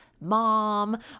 mom